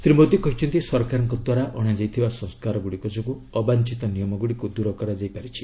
ଶ୍ରୀ ମୋଦି କହିଛନ୍ତି ସରକାରଙ୍କ ଦ୍ୱାରା ଅଣାଯାଇଥିବା ସଂସ୍କାର ଯୋଗୁଁ ଅବାଞ୍ଚିତ ନିୟମଗୁଡ଼ିକୁ ଦୂର କରାଯାଇ ପାରିଛି